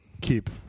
keep